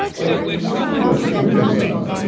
like just tell them to go screw themselves.